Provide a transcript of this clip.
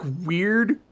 weird